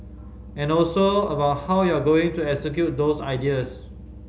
and also about how you're going to execute those ideas